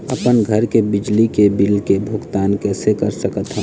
अपन घर के बिजली के बिल के भुगतान कैसे कर सकत हव?